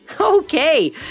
Okay